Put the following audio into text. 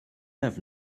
have